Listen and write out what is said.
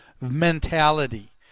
mentality